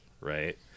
right